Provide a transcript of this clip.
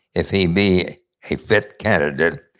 if he be a fit candidate,